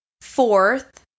Fourth